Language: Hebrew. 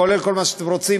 כולל כל מה שאתם רוצים,